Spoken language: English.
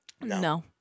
No